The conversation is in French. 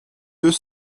deux